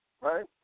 right